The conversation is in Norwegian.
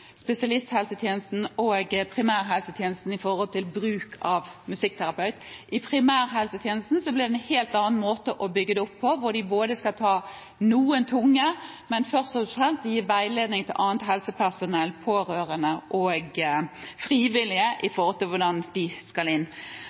spesialisthelsetjenesten og primærhelsetjenesten når det gjelder bruk av musikkterapeut. I primærhelsetjenesten blir det bygd opp på en helt annen måte, hvor de skal behandle noen tunge pasienter, men først og fremst gi veiledning til annet helsepersonell, pårørende og frivillige.